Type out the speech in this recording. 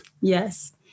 Yes